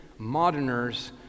moderners